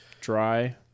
dry